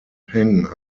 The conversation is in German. penh